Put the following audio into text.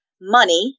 money